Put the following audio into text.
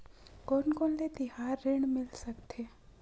कोन कोन ले तिहार ऋण मिल सकथे?